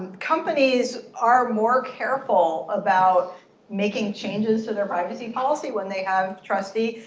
companies are more careful about making changes to their privacy policy when they have trustee.